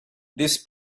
this